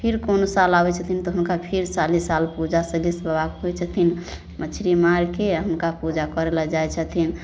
फेर पौरसाल आबै छथिन तऽ फेर साले साल पूजा सलहेस बाबाके होइ छथिन मछरी मारिके आओर हुनका पूजा करैलए जाइ छथिन